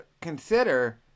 consider